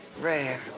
rare